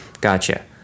gotcha